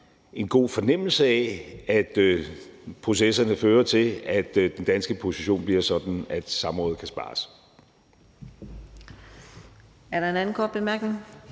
en god fornemmelse af, at processerne fører til, at den danske position bliver sådan, at samrådet kan spares.